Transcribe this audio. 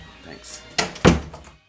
thanks